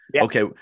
Okay